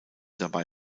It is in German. dabei